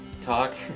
talk